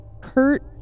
Kurt